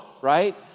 right